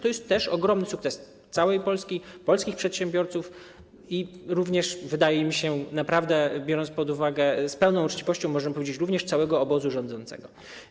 To jest ogromny sukces całej Polski, polskich przedsiębiorców i wydaje mi się, naprawdę, biorąc to pod uwagę, z pełną uczciwością możemy powiedzieć, że również całego obozu rządzącego.